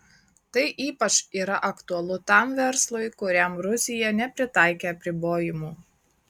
tai ypač yra aktualu tam verslui kuriam rusija nepritaikė apribojimų